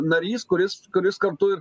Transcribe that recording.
narys kuris kuris kartu ir